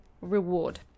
reward